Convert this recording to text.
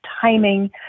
timing